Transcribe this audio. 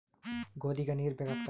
ಗೋಧಿಗ ನೀರ್ ಬೇಕಾಗತದ?